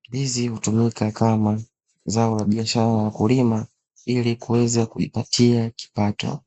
Hizi hutumika kama zao la biashara ya kulima ili kuweza kujipatia kipato.